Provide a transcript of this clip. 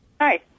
Hi